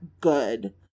good